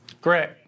great